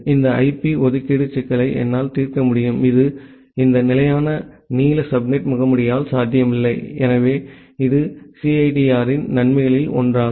இந்த ஐபி ஒதுக்கீடு சிக்கலை என்னால் தீர்க்க முடியும் இது இந்த நிலையான நீள சப்நெட் முகமூடியால் சாத்தியமில்லை எனவே இது சிஐடிஆரின் நன்மைகளில் ஒன்றாகும்